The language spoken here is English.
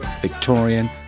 Victorian